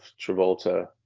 Travolta